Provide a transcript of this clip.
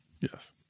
Yes